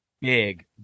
Big